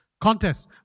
contest